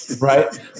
right